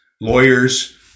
Lawyers